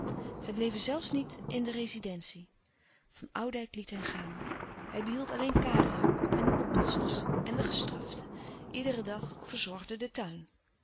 zij bleven zelfs niet in de rezidentie van oudijck liet hen gaan hij behield alleen kario en de oppassers en de gestraften iederen dag verzorgden den tuin